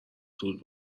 زود